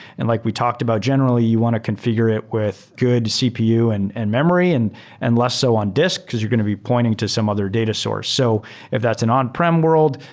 and like we talked about generally, you want to configure it with good cpu and and memory and and less so on disk because you're going to be pointing to some other data source. so if that's an on-prem world,